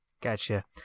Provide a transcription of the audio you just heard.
Gotcha